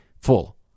full